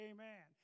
Amen